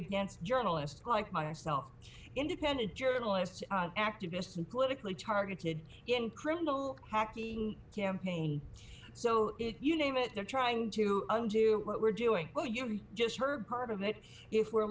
against journalists like myself independent journalists activists and politically targeted in criminal hacking campaign so you name it they're trying to undo what we're doing well you just heard part of it if we're